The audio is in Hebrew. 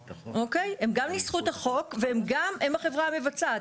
הם גם ניסחו את החוק והם גם החברה המבצעת.